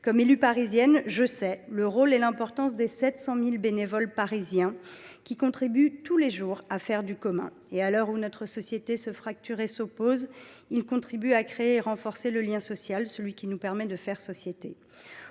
Élue de Paris, je sais le rôle et l’importance des 700 000 bénévoles parisiens, qui contribuent tous les jours à faire du commun. À l’heure où notre société se fracture et s’oppose, ils contribuent à créer et à renforcer le lien social, qui nous permet de faire société.